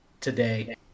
today